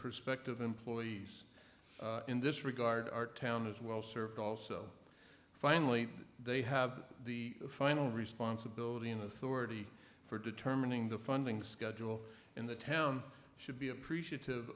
prospective employees in this regard our town is well served also finally they have the final responsibility and authority for determining the funding schedule in the town should be appreciative